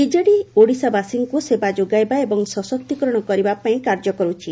BJD ଓଡିଶାବାସୀଙ୍କୁ ସେବା ଯୋଗାଇବା ଏବଂ ସଶକ୍ତିକରଣ କରିବା ପାଇଁ କାର୍ଯ୍ୟ କରୁଛି